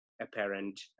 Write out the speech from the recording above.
apparent